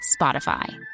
Spotify